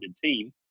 team